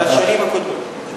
על השנים הקודמות.